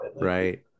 Right